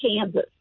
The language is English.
Kansas